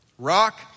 Rock